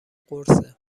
قرصه